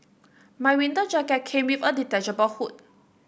my winter jacket came with a detachable hood